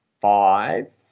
five